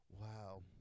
Wow